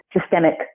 systemic